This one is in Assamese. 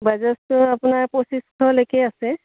বাজাজটো আপোনাৰ পঁচিছশলৈকে আছে